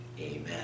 Amen